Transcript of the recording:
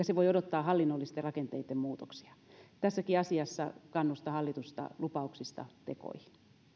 se voi odottaa hallinnollisten rakenteitten muutoksia tässäkin asiassa kannustan hallitusta lupauksista tekoihin